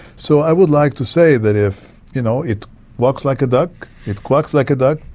so i would like to say that if you know it walks like a duck, it quacks like a duck,